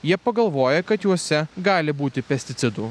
jie pagalvoja kad juose gali būti pesticidų